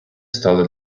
стали